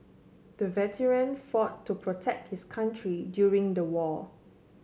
the veteran fought to protect his country during the war